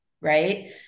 right